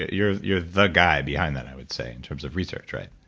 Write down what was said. you're you're the guy behind that i would say in terms of research, right?